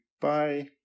Bye